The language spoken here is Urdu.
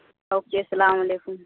جی السلام علیکم